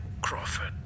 Crawford